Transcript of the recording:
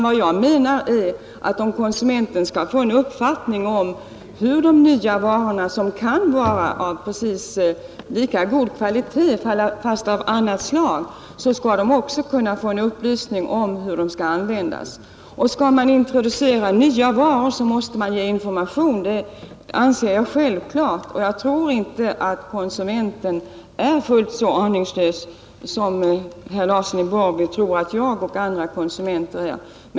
Vad jag menade var att för att konsumenterna skall kunna få en uppfattning om de nya varorna, som kan vara av precis lika god kvalitet, fast av annat slag, bör konsumenterna också kunna få upplysning om hur varorna skall användas. Skall man introducera nya varor anser jag det självklart att man också måste ge information. Jag tror inte att jag och andra konsumenter är fullt så aningslösa som herr Larsson i Borrby anser.